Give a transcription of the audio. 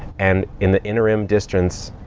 and in the interim distance,